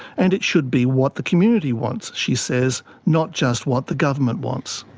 and it should be what the community wants, she says, not just what the government wants.